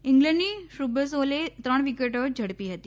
ઈંગ્લેન્ડની Shrubsole ત્રણ વિકેટો ઝડાી હતી